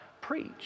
Preach